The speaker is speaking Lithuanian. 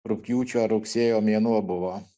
rugpjūčio rugsėjo mėnuo buvo